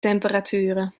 temperaturen